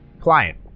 Client